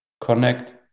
connect